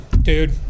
dude